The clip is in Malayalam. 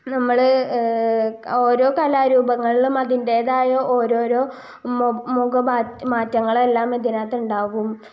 നമ്മൾ ഓരോ കലാരൂപങ്ങളിലും അതിൻ്റേതായ ഓരോരോ മുഖ മാറ്റങ്ങളെല്ലാം ഇതിനകത്തുണ്ടാകും